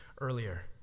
earlier